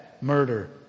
murder